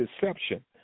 deception